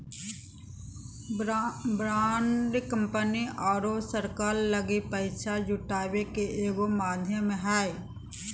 bond company आरो सरकार लगी पैसा जुटावे के एगो माध्यम हइ